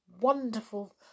wonderful